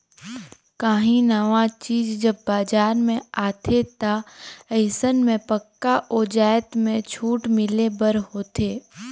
काहीं नावा चीज जब बजार में आथे ता अइसन में पक्का ओ जाएत में छूट मिले बर होथे